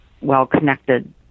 well-connected